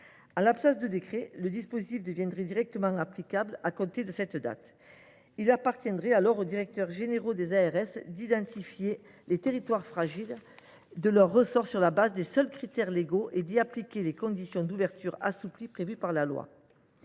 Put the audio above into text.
En l’absence de décret, ce dispositif serait automatiquement applicable à l’issue du délai fixé : il appartiendrait alors aux directeurs généraux des ARS d’identifier les territoires fragiles de leur ressort sur la base des seuls critères légaux et d’y appliquer les conditions d’ouverture assouplies prévues par la loi.